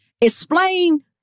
explain